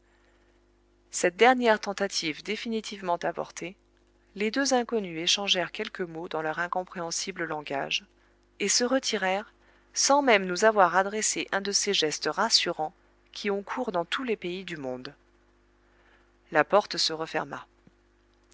cette dernière tentative définitivement avortée les deux inconnus échangèrent quelques mots dans leur incompréhensible langage et se retirèrent sans même nous avoir adresse un de ces gestes rassurants qui ont cours dans tous les pays du monde la porte se referma